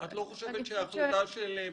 את לא חושבת שההחלטה של פרופ'